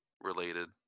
related